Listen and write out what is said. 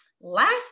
last